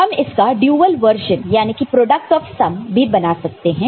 हम इसका dual version यानी कि प्रोडक्ट ऑफ सम भी बना सकते हैं